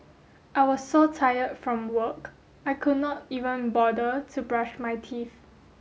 I was so tired from work I could not even bother to brush my teeth